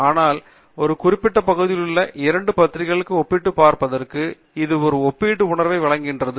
ஆனால் ஒரு குறிப்பிட்ட பகுதியிலுள்ள இரண்டு பத்திரிகைகளை ஒப்பிட்டுப் பார்ப்பதற்கு இது ஒரு ஒப்பீட்டு உணர்வை வழங்குகிறது